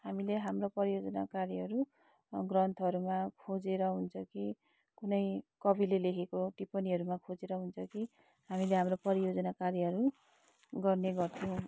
हामीले हाम्रो परियोजना कार्यहरू ग्रन्थहरूमा खोजेर हुन्छ कि कुनै कविले लेखेको टिप्पणीहरूमा खोजेर हुन्छ कि हामीले हाम्रो परियोजना कार्यहरू गर्ने गर्थ्यौँ